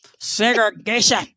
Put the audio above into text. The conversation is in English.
Segregation